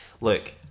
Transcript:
Look